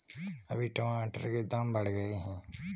अभी टमाटर के दाम बढ़ गए